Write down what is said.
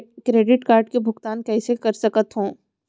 Credit card के भुगतान कईसने कर सकथो?